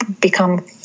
become